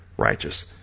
righteous